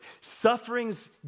Suffering's